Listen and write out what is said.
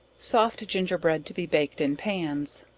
soft gingerbread to be baked in pans.